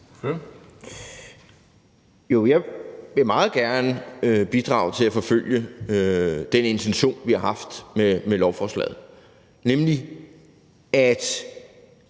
jeg vil meget gerne bidrage til at forfølge den intention, vi har haft med lovforslaget, nemlig at